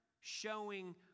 showing